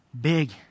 big